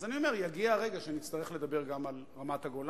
אז אני אומר שיגיע הרגע שנצטרך לדבר גם על רמת-הגולן,